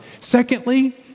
Secondly